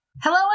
hello